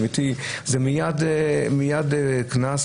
מיד קנס.